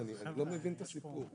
אני לא מבין את הסיפור.